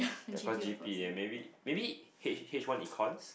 ya cause G_P and maybe maybe H H one econs